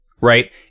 Right